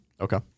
Okay